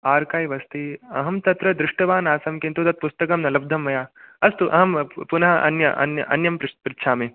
archive अस्ति अहं तत्र दृष्टवान् आसं किन्तु तत् पुस्तकं न लब्धं मया अस्तु अहं पुनः अन्य अन्य अन्यं पृच्छामि